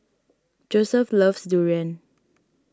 Joesph loves Durian